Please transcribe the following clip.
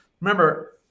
remember